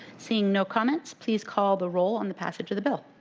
seeing no comment, please call the roll on the passage of the bill.